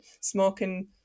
smoking